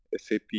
SAP